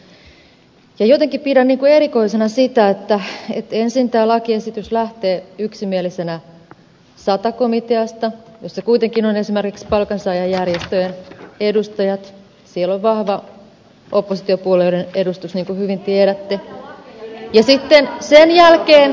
jotenkin pidän erikoisena sitä että ensin tämä lakiesitys lähtee yksimielisenä sata komiteasta jossa kuitenkin on esimerkiksi palkansaajajärjestöjen edustajat siellä on vahva oppositiopuolueiden edustus niin kuin hyvin tiedätte ja sitten sen jälkeen